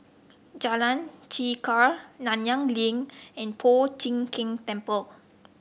Jalan Chegar Nanyang Link and Po Chiak Keng Temple